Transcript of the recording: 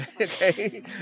Okay